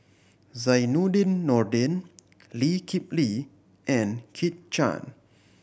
Zainudin Nordin Lee Kip Lee and Kit Chan